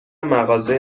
مغازه